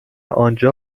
آنجا